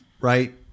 right